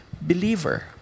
believer